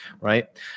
right